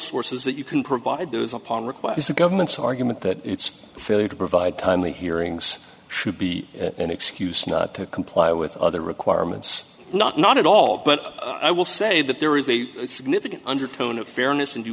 sources that you can provide those upon request the government's argument that its failure to provide timely hearings should be an excuse not to comply with other requirements not not at all but i will say that there is a significant undertone of fairness and d